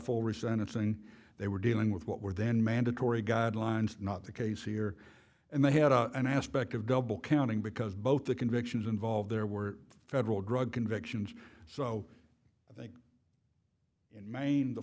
full resentencing they were dealing with what were then mandatory guidelines not the case here and they had an aspect of double counting because both the convictions involved there were federal drug convictions so i think in maine the